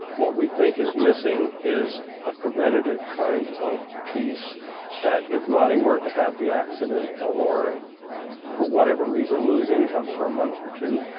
what we think is missing is a preventive kind of piece that if nani were to have the accident and or for whatever reason, lose income for a month or two,